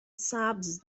سبز